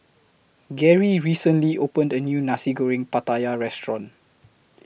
Gerry recently opened A New Nasi Goreng Pattaya Restaurant